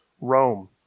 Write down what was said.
Rome